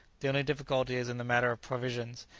the only difficulty is in the matter of provisions,